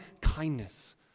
kindness